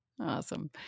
Awesome